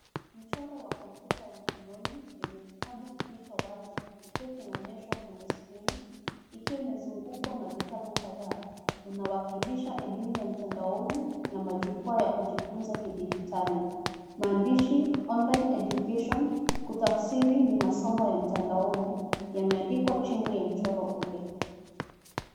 Mchoro wa kompyuta ya mkononi yenye kitabu kilicho wazi kikiwa kinaonyeshwa kwenye skrini ikiwa imezungukwa na vitabu kadhaa unawakilisha elimu ya mtandaoni na majukwaa ya kujifunza kidijitali. Maandishi online education kutafsiri ni masomo ya mtandaoni yameandikwa chini ya mchoro ule.